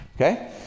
okay